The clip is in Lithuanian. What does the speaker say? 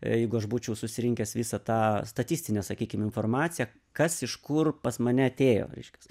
jeigu aš būčiau susirinkęs visą tą statistinę sakykim informaciją kas iš kur pas mane atėjo reiškias